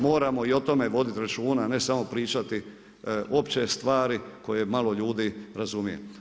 Moramo i o tome voditi računa a ne samo pričati opće stvari koje malo ljudi razumije.